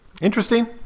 interesting